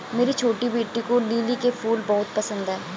मेरी छोटी बेटी को लिली के फूल बहुत पसंद है